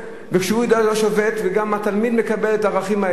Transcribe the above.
וכשהוא לא שובת וגם התלמיד מקבל את הערכים האלה,